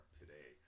today